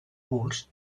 bus